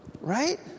right